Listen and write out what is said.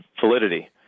validity